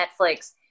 Netflix